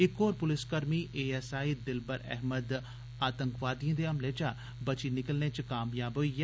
इक होर पुलस कर्मी एएसआई दिलबर अहमद आतंकवादिएं दे हमले चा बची निकलने च कामयाब होई गेआ